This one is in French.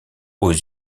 aux